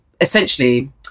essentially